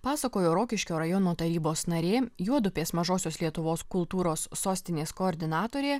pasakojo rokiškio rajono tarybos narė juodupės mažosios lietuvos kultūros sostinės koordinatorė